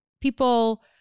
people